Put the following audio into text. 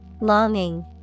Longing